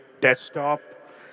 desktop